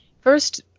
first